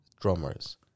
Drummers